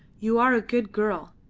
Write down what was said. you are a good girl,